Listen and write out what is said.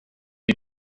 die